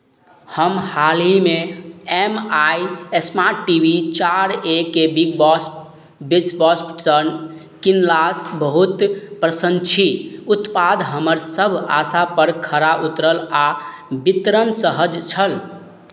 हम हालहिमे M I smart T V चार ए केँ बिग बास बिसबास्केटसँ किनलासँ बहुत प्रसन्न छी उत्पाद हमर सभ आशापर खरा उतरल आ वितरण सहज छल